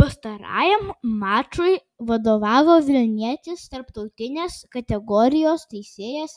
pastarajam mačui vadovavo vilnietis tarptautinės kategorijos teisėjas